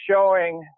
showing